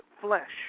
flesh